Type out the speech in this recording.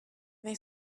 they